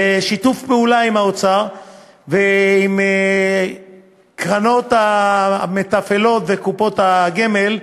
בשיתוף פעולה של האוצר עם הקרנות המתפעלות וקופות הגמל,